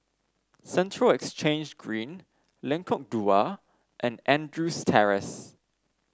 Central Exchange Green Lengkok Dua and Andrews Terrace